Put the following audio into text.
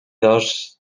dos